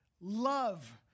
love